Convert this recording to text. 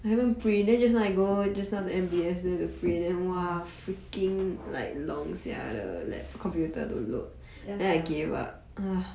ya sia